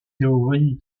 théories